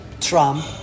Trump